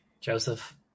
Joseph